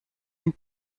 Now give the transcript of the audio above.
une